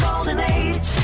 golden age.